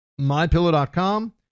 MyPillow.com